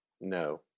No